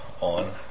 on